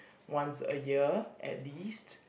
once a year at least